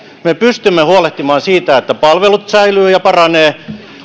me pystymme huolehtimaan siitä että palvelut säilyvät ja paranevat